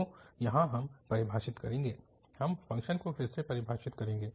तो यहाँ हम परिभाषित करेंगे हम फ़ंक्शन को फिर से परिभाषित करेंगे